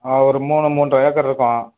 ஆ ஒரு மூணு மூன்றை ஏக்கரு இருக்கும்